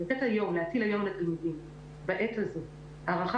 להטיל היום על התלמידים בעת הזו הערכה